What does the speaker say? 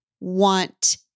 want